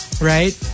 right